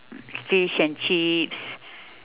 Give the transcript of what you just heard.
fish and chips